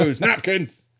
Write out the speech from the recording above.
Napkins